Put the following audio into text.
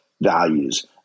values